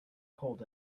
cold